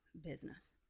business